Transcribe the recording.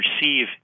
receive